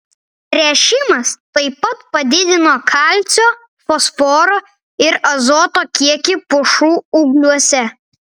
tręšimas taip pat padidino kalcio fosforo ir azoto kiekį pušų ūgliuose